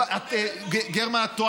לא נכון.